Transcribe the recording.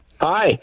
Hi